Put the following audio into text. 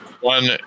One